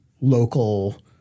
local